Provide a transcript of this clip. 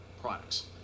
products